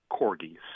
Corgis